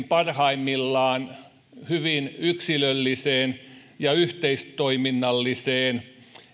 parhaimmillaan hyvin yksilölliseen ja yhteistoiminnalliseen